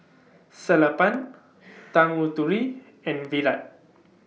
Sellapan Tanguturi and Virat